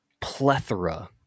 plethora